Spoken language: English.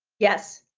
yes.